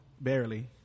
Barely